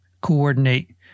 coordinate